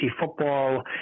football